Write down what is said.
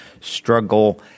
Struggle